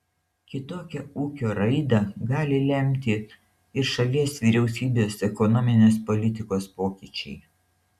kitokią ūkio raidą gali lemti ir šalies vyriausybės ekonominės politikos pokyčiai